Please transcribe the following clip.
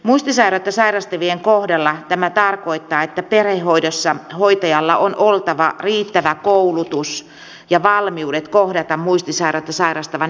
muistisairautta sairastavien kohdalla tämä tarkoittaa että perhehoidossa hoitajalla on oltava riittävä koulutus ja valmiudet kohdata muistisairautta sairastavan erityistarpeet